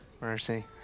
Mercy